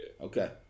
Okay